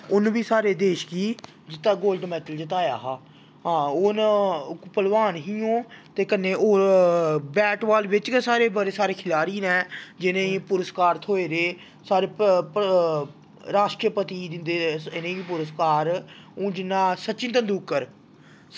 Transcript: इ'नें बी साढ़े देश गी गोल्ड मैडल जताया हा हां हून पलवान ही ओह् ते कन्नै होर बैट बॉल बिच्च गै साढ़े बड़े सारे खलाड़ी न जि'नें गी पुरस्कार थ्होए दे साढ़े पर राश्ट्रपति दिंदे न इ'नें गी पुरस्कार हून जि'यां सचिन तेंदुलकर